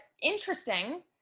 interesting